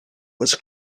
was